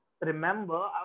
remember